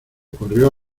corrió